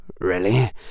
really